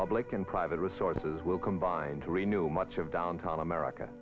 public and private resources will combine to renew much of downtown america